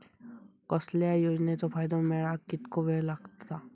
कसल्याय योजनेचो फायदो मेळाक कितको वेळ लागत?